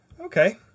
Okay